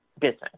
business